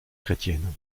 chrétienne